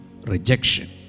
rejection